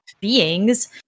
beings